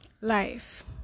Life